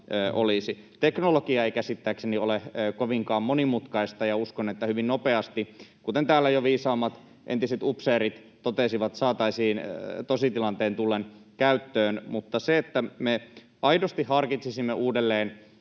Teknologia ei käsittääkseni ole kovinkaan monimutkaista, ja uskon, että hyvin nopeasti, kuten täällä jo viisaammat, entiset upseerit totesivat, saataisiin tositilanteen tullen käyttöön. Mutta että me aidosti harkitsisimme uudelleen,